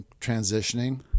transitioning